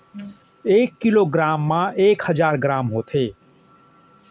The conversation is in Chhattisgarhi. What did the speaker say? एक किलो ग्राम मा एक हजार ग्राम होथे